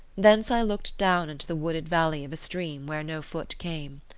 thence i looked down into the wooded valley of a stream, where no foot came.